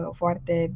foarte